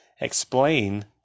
explain